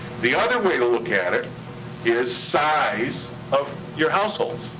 the other way to look at it is size of your households.